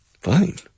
fine